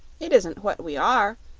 it isn't what we are,